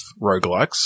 roguelikes